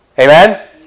Amen